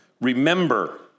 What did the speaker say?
Remember